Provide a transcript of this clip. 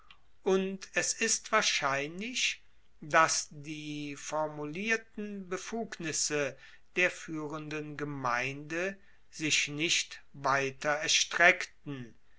und es ist wahrscheinlich dass die formulierten befugnisse der fuehrenden gemeinde sich nicht weiter erstreckten